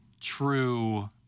true